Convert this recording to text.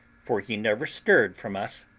for he never stirred from us,